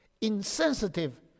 insensitive